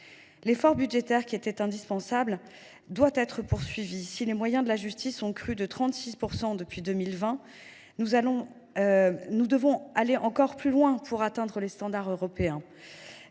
L’effort budgétaire, qui était indispensable, doit être poursuivi. Si les moyens de la justice ont crû de 36 % depuis 2020, nous devons aller encore plus loin pour atteindre les standards européens